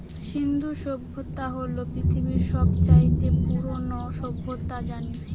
সিন্ধু সভ্যতা হল পৃথিবীর সব চাইতে পুরোনো সভ্যতা জানি